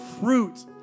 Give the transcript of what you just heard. fruit